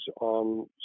on